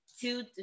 two